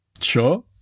Sure